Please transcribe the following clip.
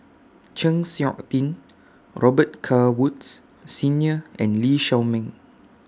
Chng Seok Tin Robet Carr Woods Senior and Lee Shao Meng